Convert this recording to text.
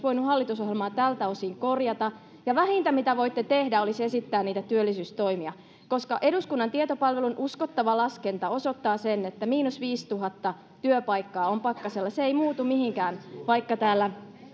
voinut hallitusohjelmaa tältä osin korjata vähintä mitä voitte tehdä olisi esittää niitä työllisyystoimia koska eduskunnan tietopalvelun uskottava laskenta osoittaa sen että miinus viisituhatta työpaikkaa on pakkasella se ei muutu mihinkään vaikka täällä